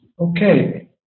okay